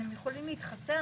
הם יכולים להתחסן,